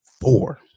Four